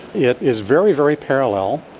it is very, very parallel.